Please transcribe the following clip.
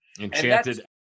Enchanted